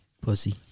Pussy